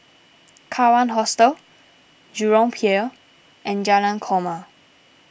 Kawan Hostel Jurong Pier and Jalan Korma